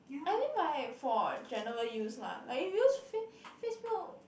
I mean like for general use lah like you use Face Facebook